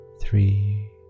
three